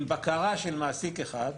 עם בקרה של מעסיק אחד,